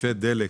תחליפי דלק.